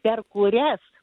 per kurias